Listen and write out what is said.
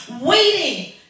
waiting